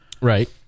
Right